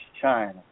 China